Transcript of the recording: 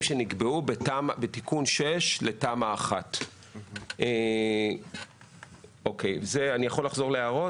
שנקבעו בתיקון 6 לתמ"א 1. אני יכול לחזור להערות?